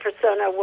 persona